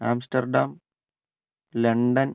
Amsterdam London